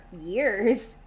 years